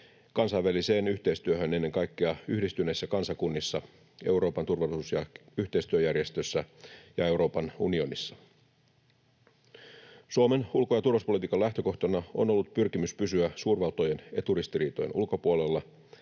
kansainväliseen yhteistyöhön ennen kaikkea Yhdistyneissä kansakunnissa, Euroopan turvallisuus- ja yhteistyöjärjestössä ja Euroopan unionissa. Suomen ulko- ja turvallisuuspolitiikan lähtökohtana on ollut pyrkimys pysyä suurvaltojen eturistiriitojen ulkopuolella,